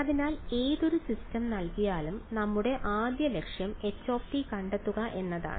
അതിനാൽ ഏതൊരു സിസ്റ്റം നൽകിയാലും നമ്മുടെ ആദ്യ ലക്ഷ്യം h കണ്ടെത്തുക എന്നതാണ്